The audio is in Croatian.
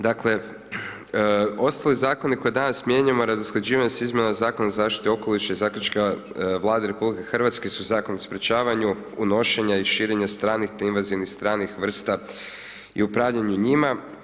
Dakle, ostali zakoni koje danas mijenjamo radi usklađivanja s izmjenama Zakona o zaštiti okoliša i zaključka Vlade RH su Zakon o sprječavanju unošenja i širenja stranih te invazivnih stranih vrsta i upravljanje njima.